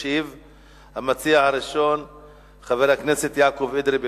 ישיב על הצעות לסדר-היום שמספרן 3667,